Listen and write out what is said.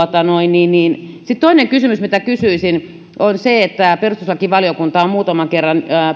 sitten toinen kysymys minkä kysyisin perustuslakivaliokunta on muutaman kerran